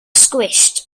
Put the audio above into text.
squished